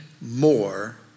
more